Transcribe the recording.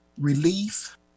relief